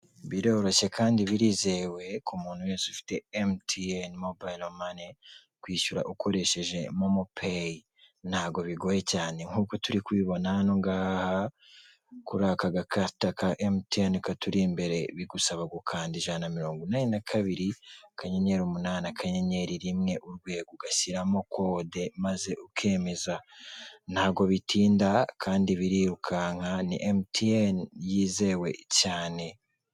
Biroroshye kandi birizewe ko umuntu wese ufite emutiyene mobayiro mani kwishyura ukoresheje momopeyi, ntabwo bigoye cyane nkuko turi kubibona kuri aka gakataka ka emutiyene katuri imbere, bigusaba gukanda ijana mirongo inani na kabiri kanyenyeri umunani akanyenyeri rimwe urwego ugashyiramo kode maze ukemeza ntago bitinda kandi birirukanka ni emutiyene yizewe cyane.